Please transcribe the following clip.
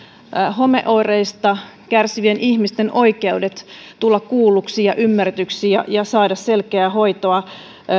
homeoireista kärsivien ihmisten oikeudet tulla kuulluksi ja ymmärretyksi ja ja saada selkeää hoitoa